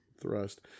thrust